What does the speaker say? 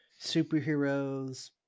superheroes